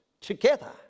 together